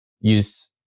use